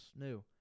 new